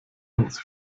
uns